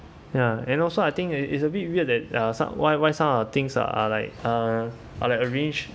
ya and also I think it's a bit weird that uh some why why some are things are like uh uh like arranged